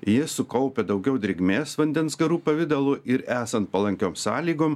ji sukaupia daugiau drėgmės vandens garų pavidalu ir esant palankiom sąlygom